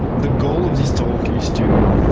the goal of this talk is to